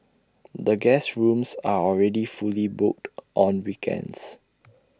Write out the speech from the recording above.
the guest rooms are already fully booked on weekends